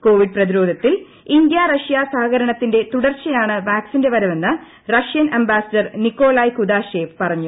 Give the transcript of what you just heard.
Covid പ്രതിരോധത്തിൽ India Russia സഹകരണത്തിന്റെ തുടർച്ചയാണ് വാക്സിന്റെ വരവെന്ന് റഷ്യൻ അംബാസ്സഡർ നിക്കൊളായ് കുദാഷെവ് പറഞ്ഞു